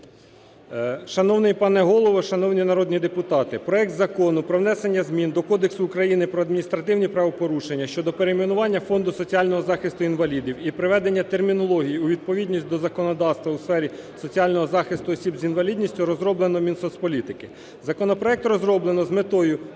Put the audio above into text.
Законопроект розроблено з метою